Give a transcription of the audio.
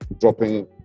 dropping